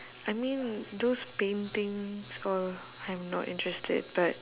I mean those paintings all I'm not interested but